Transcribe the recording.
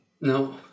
No